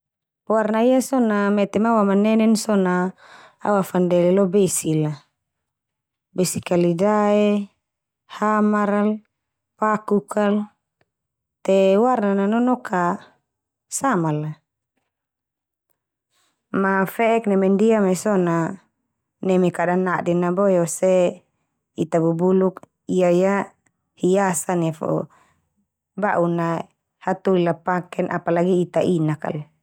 Warna ia so na mete ma awamanenen so na awafandele lo besi la. Besi kali dae, hamar al, pakuk al, te warna na nonok ka sama la. Ma fe'ek neme ndia mai so na neme kada naden na boe o se ita bubuluk ia ia hiasan ia fo. Ba'un na hatoli la paken, apalagi ita inak kal.